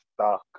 stuck